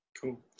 Cool